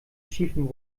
schiefen